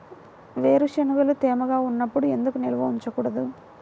వేరుశనగలు తేమగా ఉన్నప్పుడు ఎందుకు నిల్వ ఉంచకూడదు?